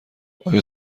آیا